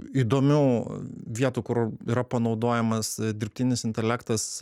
įdomių vietų kur yra panaudojamas dirbtinis intelektas